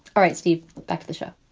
all right, steve. back to the show